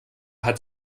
hat